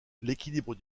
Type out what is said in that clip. l’équilibre